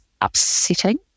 upsetting